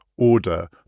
order